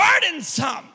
burdensome